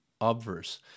obverse